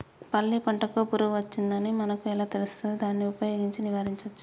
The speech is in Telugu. పల్లి పంటకు పురుగు వచ్చిందని మనకు ఎలా తెలుస్తది దాన్ని ఉపయోగించి నివారించవచ్చా?